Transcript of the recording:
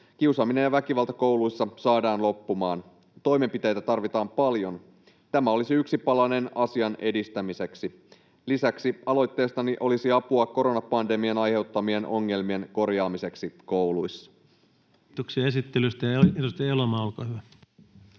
kiusaaminen ja väkivalta kouluissa saadaan loppumaan. Toimenpiteitä tarvitaan paljon. Tämä olisi yksi palanen asian edistämiseksi. Lisäksi aloitteestani olisi apua koronapandemian aiheuttamien ongelmien korjaamiseksi kouluissa. Kiitoksia esittelystä. — Ja edustaja Elomaa, olkaa hyvä.